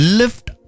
lift